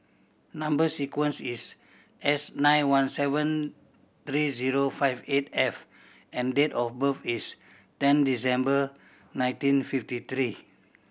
number sequence is S nine one seven three zero five eight F and date of birth is ten December nineteen fifty three